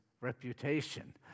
reputation